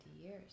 years